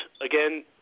again